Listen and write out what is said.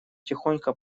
тихонько